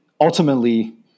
ultimately